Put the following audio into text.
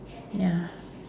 ya